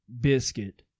biscuit